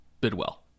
Bidwell